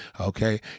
Okay